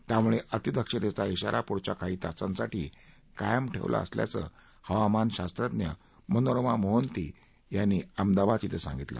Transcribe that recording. त्यामुळे अतिदक्षतेचा शिरा पुढच्या काही तासांसाठी कायम ठेवला असल्याचं हवामान शास्त्रज्ञ मनोरमा मोहंती यांनी अहमदाबाद श्व सांगितलं